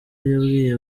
yabwiye